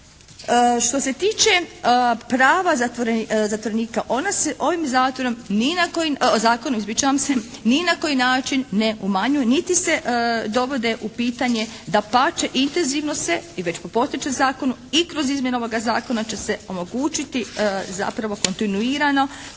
Što se tiče prava zatvorenika ona se ovim zakonom ni na koji način ne umanjuju niti se dovode u pitanje, dapače intenzivno se i već po postojećem zakonu i kroz izmjene ovoga zakona će se omogućiti zapravo kontinuirano